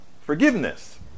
forgiveness